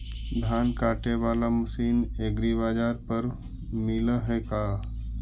धान काटे बाला मशीन एग्रीबाजार पर मिल है का?